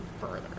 further